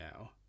now